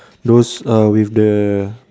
those uh with the